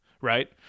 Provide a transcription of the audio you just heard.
Right